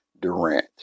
Durant